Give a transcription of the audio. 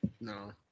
No